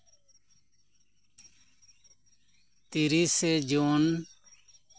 ᱛᱤᱨᱤᱥᱮ ᱡᱩᱱ